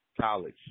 college